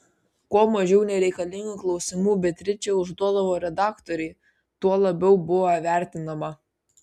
kuo mažiau nereikalingų klausimų beatričė užduodavo redaktorei tuo labiau buvo vertinama